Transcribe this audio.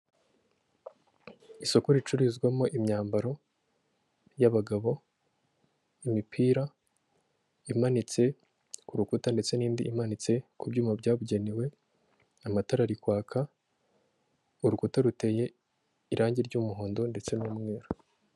Isoko ricururizwamo imyambaro y'abagabo, imipira imanitse ku rukuta ndetse n'indi imanitse ku byuma byabugenewe, amatara arikwaka, urukuta ruteye irangi ry'umuhondo ndetse n'umweru.